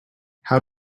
how